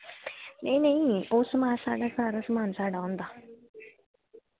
एह् नेईं सारा समान साढ़ा होंदा